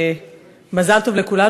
מזל טוב לכולנו.